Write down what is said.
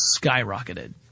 skyrocketed